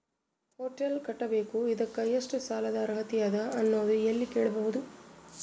Hotel ಕಟ್ಟಬೇಕು ಇದಕ್ಕ ಎಷ್ಟ ಸಾಲಾದ ಅರ್ಹತಿ ಅದ ಅನ್ನೋದು ಎಲ್ಲಿ ಕೇಳಬಹುದು?